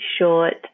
short